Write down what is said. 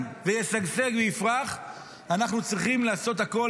וישגשג ויפרח אנחנו צריכים לעשות הכול,